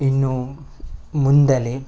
ಇನ್ನು ಮುಂದಲೆ